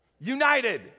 united